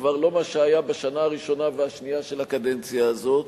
לא מה שהיה בשנה הראשונה והשנייה של הקדנציה הזאת,